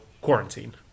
Quarantine